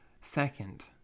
Second